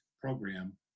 program